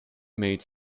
made